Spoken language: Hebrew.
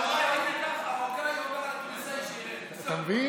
מרוקאי אומר על תוניסאי, אתה מבין?